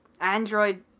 Android